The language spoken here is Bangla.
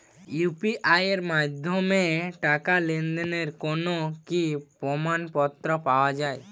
ইউ.পি.আই এর মাধ্যমে টাকা লেনদেনের কোন কি প্রমাণপত্র পাওয়া য়ায়?